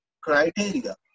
criteria